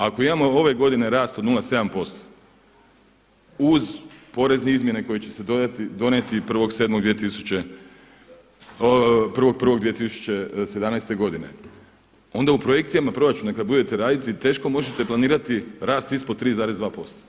Ako imamo ove godine rast od 0,7% uz porezne izmjene koje će se donijeti 1.1.2017. godine onda u projekcijama proračuna kad budete radili teško možete planirati rast ispod 3,2%